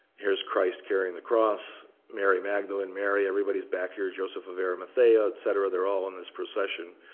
here's christ carrying the cross, mary magdalene, mary everybody's back here joseph of arimathea, et cetera. they're all in this procession.